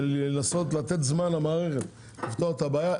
לנסות לתת זמן למערכת לפתור את הבעיה,